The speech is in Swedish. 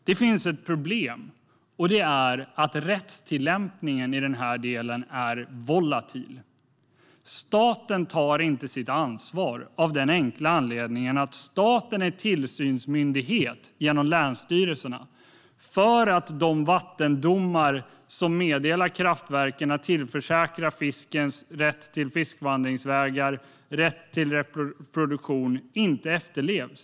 Det finns ett problem, och det är att rättstillämpningen i den här delen är volatil. Staten tar inte sitt ansvar av den enkla anledningen att staten är tillsynsmyndighet och genom länsstyrelserna ansvarar för att de vattendomar som meddelar kraftverken att tillförsäkra fiskens rätt till fiskvandringsvägar och rätt till reproduktion efterlevs.